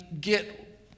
get